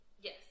Yes